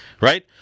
right